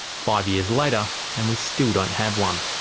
five years later and we still don't have one.